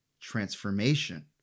transformation